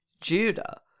Judah